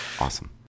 awesome